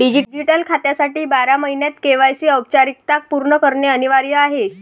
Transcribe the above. digital खात्यासाठी बारा महिन्यांत के.वाय.सी औपचारिकता पूर्ण करणे अनिवार्य आहे